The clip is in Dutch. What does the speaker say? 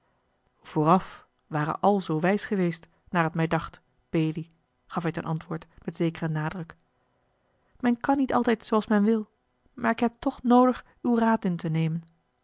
vooraf ware àl zoo wijs geweest naar t mij dacht belie gaf hij ten antwoord met zekeren nadruk men kan niet altijd zooals men wil maar ik heb toch noodig uw raad in te nemen